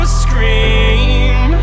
scream